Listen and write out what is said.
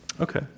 Okay